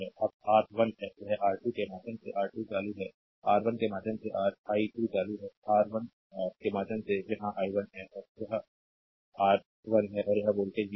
यह आर 1 है यह आर 2 के माध्यम से आर 2 चालू है आर 1 के माध्यम से आई 2 चालू है आर 1 के माध्यम से यहां i1 है और यह आर i है और यह वोल्टेज v है